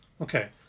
Okay